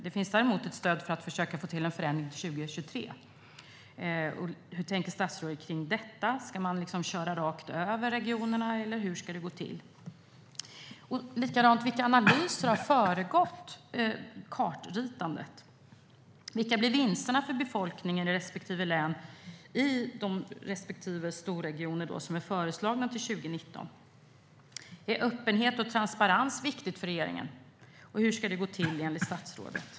Det finns däremot ett stöd för att försöka få till en förändring till 2023. Hur tänker statsrådet när det gäller detta? Ska man liksom köra över regionerna, eller hur ska det gå till? Vilka analyser har föregått kartritandet? Vilka blir vinsterna för befolkningen i respektive län i de storregioner som föreslås till 2019? Är öppenhet och transparens viktigt för regeringen, och hur ska det gå till, enligt statsrådet?